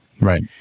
Right